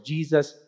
Jesus